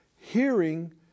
Hearing